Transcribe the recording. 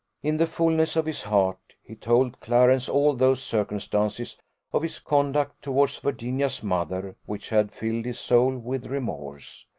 in the fulness of his heart, he told clarence all those circumstances of his conduct towards virginia's mother which had filled his soul with remorse.